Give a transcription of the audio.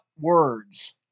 words